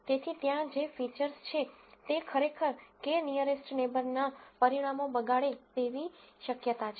તેથી ત્યાં જે આ ફીચર્સ છે તે ખરેખર k નીઅરેસ્ટ નેબરના પરિણામો બગાડે તેવી શક્યતા છે